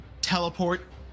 teleport